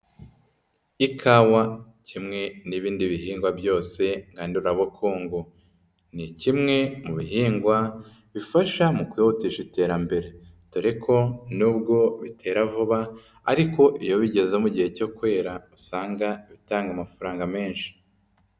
Ikawa kimwe n'ibindi bihingwa byose ngandurabukungu. Ni kimwe mu bihingwa bifasha mu kwihutisha iterambere, dore ko nubwo bitera vuba ariko iyo bigeze mu gihe cyo kwera usanga bitanga amafaranga menshi.